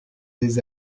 des